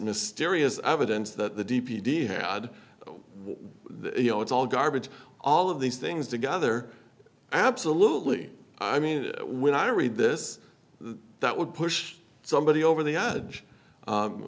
mysterious evidence that the d p d had the you know it's all garbage all of these things together absolutely i mean when i read this that would push somebody over the edge